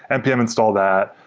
npm install that.